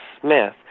Smith